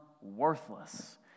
worthless